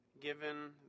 given